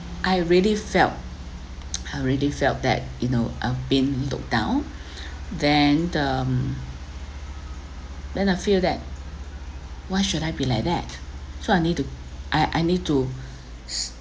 I really felt I really felt that you know I have being looked down then um then I feel that why should I be like that so I need to I I need to